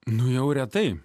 nuėjau retai